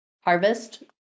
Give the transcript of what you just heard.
harvest